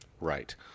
Right